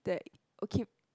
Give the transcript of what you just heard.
that okay